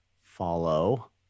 follow